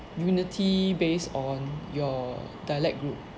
unity based on your dialect group